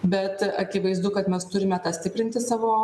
bet akivaizdu kad mes turime stiprinti savo